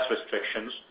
restrictions